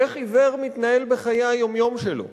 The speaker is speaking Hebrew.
איך עיוור מתנהל בחיי היום-יום שלו?